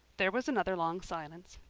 there was another long silence.